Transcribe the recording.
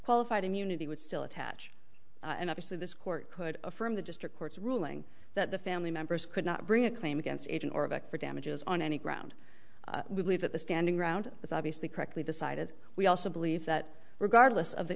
qualified immunity would still attach and obviously this court could affirm the district court's ruling that the family members could not bring a claim against it in orbit for damages on any ground we believe that the standing round is obviously correctly decided we also believe that regardless of the